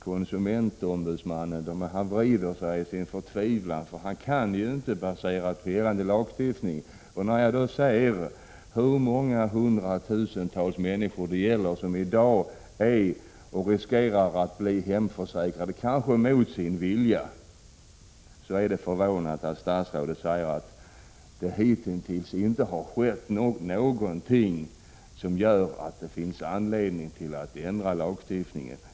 Konsumentombudsmannen vrider sig i förtvivlan, eftersom han inte kan basera ett ingripande på gällande lagstiftning. Hur många hundra tusen människor är det som i dag riskerar att bli hemförsäkrade, kanske mot sin vilja? Mot den bakgrunden är det förvånande att statsrådet säger att det hittills inte skett någonting som gör att det finns anledning att ändra lagstiftningen.